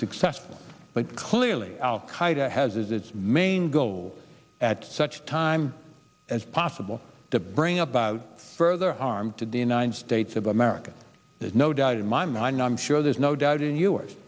successful but clearly al qaida has as its main goal at such time as possible to bring about further harm to the united states of america there's no doubt in my mind i'm sure there's no doubt in